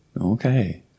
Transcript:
okay